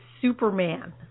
Superman